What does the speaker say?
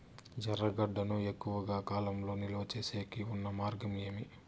ఎర్రగడ్డ ను ఎక్కువగా కాలం నిలువ సేసేకి ఉన్న మార్గం ఏమి?